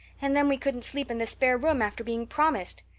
and then we couldn't sleep in the spare room after being promised.